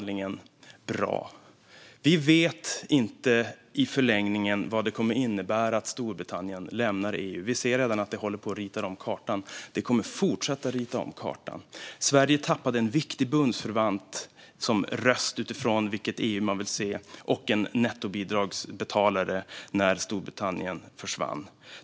Vi vet inte vad det i förlängningen kommer att innebära att Storbritannien lämnar EU. Vi ser redan att det håller på att rita om kartan, och det kommer att fortsätta rita om kartan. Sverige tappade en viktig bundsförvant och röst gällande vilket EU man vill se, och en nettobidragsbetalare, när Storbritannien försvann.